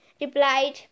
replied